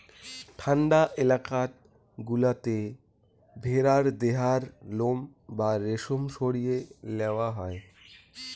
ঠান্ডা এলাকাত গুলাতে ভেড়ার দেহার লোম বা রেশম সরিয়ে লেয়া হই